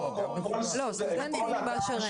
לא, סטודנטים באשר הם.